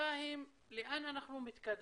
והשאלה לאן אנחנו מתקדמים.